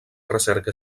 recerca